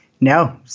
No